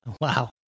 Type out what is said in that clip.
Wow